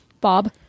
Bob